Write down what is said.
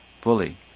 fully